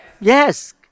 Yes